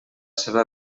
seva